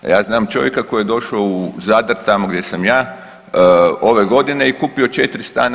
A ja znam čovjeka koji je došao u Zadar, tamo gdje sam ja ove godine i kupio 4 stana